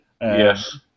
Yes